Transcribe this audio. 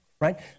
right